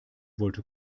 wollte